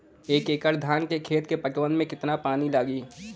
एक एकड़ धान के खेत के पटवन मे कितना पानी लागि?